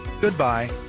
goodbye